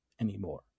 anymore